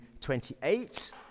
28